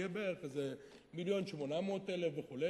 יהיה בערך 1.8 מיליון וכו',